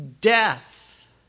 death